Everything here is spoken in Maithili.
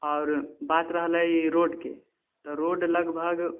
आओर बात रहलै रोडके तऽ रोड लगभग